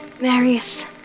Marius